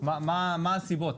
מה הסיבות?